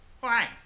Fine